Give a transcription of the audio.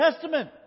Testament